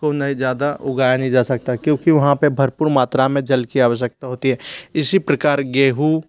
को नए ज़्यादा उगाया नहीं जा सकता क्योंकि वहाँ पे भरपूर मात्रा में जल की आवश्यकता होती है इसी प्रकार गेहूँ